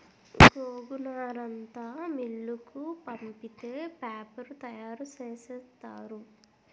గోగునారంతా మిల్లుకు పంపితే పేపరు తయారు సేసేత్తారు